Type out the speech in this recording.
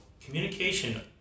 communication